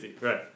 Right